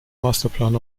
masterplan